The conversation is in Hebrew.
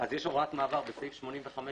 יש הוראת מעבר בסעיף 85ב,